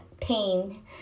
pain